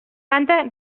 banda